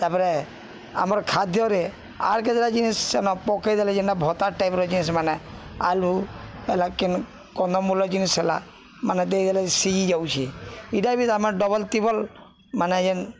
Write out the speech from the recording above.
ତାପରେ ଆମର ଖାଦ୍ୟରେ ଆର୍ କେତେଟା ଜିନିଷ ପକେଇଦେଲେ ଯେନା ଭର୍ତ୍ତାର ଟାଇପର ଜିନିଷ୍ ମାନେ ଆଲୁ ହେଲା କିନ୍ କନ୍ଦମୂଲ ଜିନିଷ ହେଲା ମାନେ ଦେଇଦେଲେ ସିଇ ଯାଉଛି ଇଟା ବି ଆମର ଡବଲ ତିବଲ ମାନେ ଯେନ୍